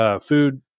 food